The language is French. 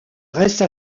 reste